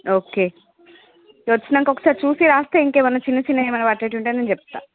okay వచ్చినాక ఒకసారి చూసి రాస్తే ఇంకేమన్నా చిన్న చిన్నవి ఏమైనా పట్టేటువుంటే నేను చెప్తా